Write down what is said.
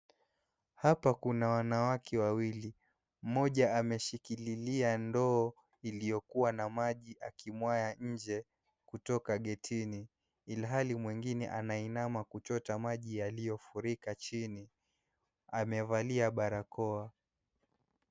Hapa kuna wanawake wawili, mmoja ameshikililia ndoo iliyokua na maji akimwaga nje kutoka getini ilhali mwingine anainama kuchota maji yaliyofurika chini, amevalia barakoa.